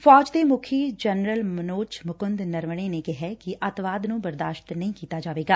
ਫੌਜ ਦੇ ਮੁੱਖੀ ਜਨਰਲ ਮਨੋਜ ਮੁਕੁੰਦ ਨਰਵਨੇ ਨੇ ਕਿਹੈ ਕਿ ਅੱਤਵਾਦ ਨੂੰ ਬਰਦਾਸ਼ਤ ਨਹੀਂ ਕੀਤਾ ਜਾਵੇਗਾ